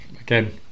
again